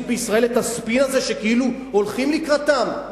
בישראל את הספין הזה שכאילו שהולכים לקראתם?